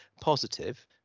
positive